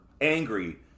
angry